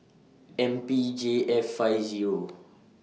M P J F five Zero